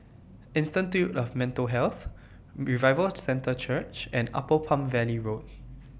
Institute of Mental Health Revival Centre Church and Upper Palm Valley Road